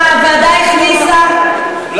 בהסכמת הממשלה, הוועדה הכניסה כמה שינויים בחוק.